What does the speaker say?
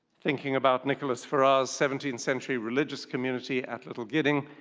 thinking about nicholas ferrar's seventeenth century religious community at little gidding,